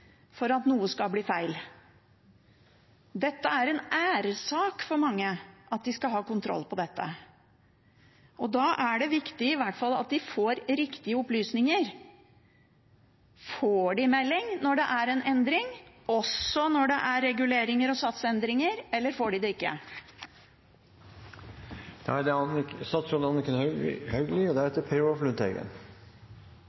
for at noe skal bli feil. Det er en æressak for mange, at de skal ha kontroll på dette. Da er det i hvert fall viktig at de får riktige opplysninger. Får de melding når det er en endring, også når det er reguleringer og satsendringer, eller får de det